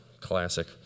Classic